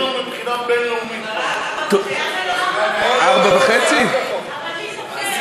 וחצי, ארבע וחצי, אבל מי סופר.